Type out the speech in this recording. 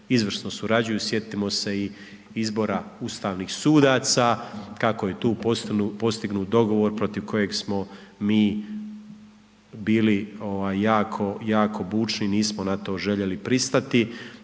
izvrsno surađuju, sjetimo se i izbora ustavnih sudaca, kako je tu postignut dogovor protiv kojeg smo mi bili ovaj jako, jako bučni nismo na to željeli pristati,